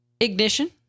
ignition